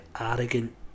arrogant